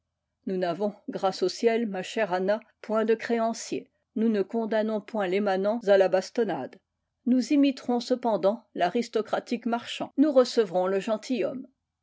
entrer nous n'avons grâce au ciel ma chère anna point da créanciers nous ne condamnons point les manants à la bastonnade nous imiterons cependant l'aristocratique marchand nous recevrons le